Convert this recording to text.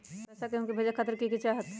पैसा के हु के भेजे खातीर की की चाहत?